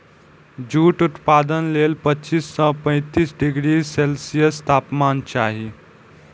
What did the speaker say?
jute उत्पादन लेल पच्चीस सं पैंतीस डिग्री सेल्सियस तापमान चाही